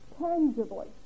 tangibly